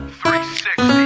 360